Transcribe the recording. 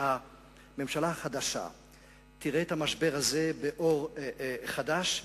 שהממשלה החדשה תראה את המשבר הזה באור חדש,